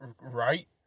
right